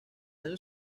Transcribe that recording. año